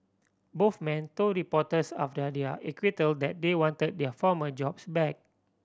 both men told reporters after their acquittal that they wanted their former jobs back